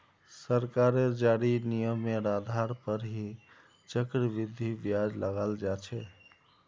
सरकारेर जारी नियमेर आधार पर ही चक्रवृद्धि ब्याज लगाल जा छे